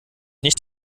nicht